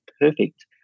perfect